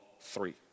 three